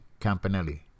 Campanelli